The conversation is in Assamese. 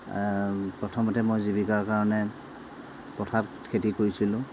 প্ৰথমতে মই জীৱিকাৰ কাৰণে পথাৰত খেতি কৰিছিলোঁ